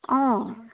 অঁ